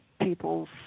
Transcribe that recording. people's